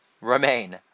remain